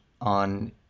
on